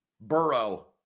Burrow